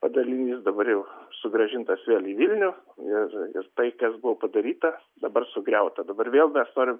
padalinys dabar jau sugrąžintas vėl į vilnių ir tai kas buvo padaryta dabar sugriauta dabar vėl mes norim